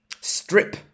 Strip